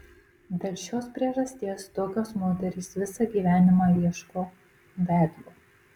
dėl šios priežasties tokios moterys visą gyvenimą ieško vedlio